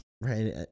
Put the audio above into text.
Right